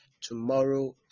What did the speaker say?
tomorrow